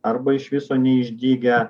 arba iš viso neišdygę